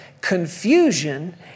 confusion